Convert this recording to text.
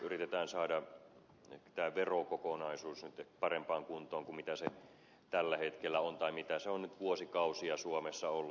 yritetään saada tämä verokokonaisuus nyt parempaan kuntoon kuin se tällä hetkellä on tai se on nyt vuosikausia suomessa ollut